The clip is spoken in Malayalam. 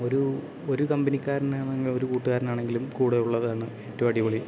ഒരു ഒരു കമ്പനിക്കാരനാണ് ഒരു കൂട്ടുകാരനാണ് എങ്കിലും കൂടെയുള്ളതാണ് ഏറ്റവും അടിപൊളി